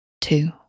two